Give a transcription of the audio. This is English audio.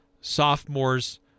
sophomores